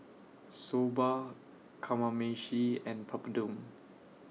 Soba Kamameshi and Papadum